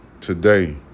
today